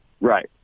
right